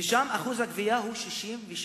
ושם שיעור הגבייה הוא 67%,